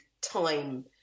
time